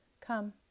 Come